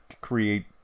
create